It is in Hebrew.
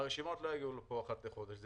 שהרשימות לא יגיעו לפה אחת לחודש,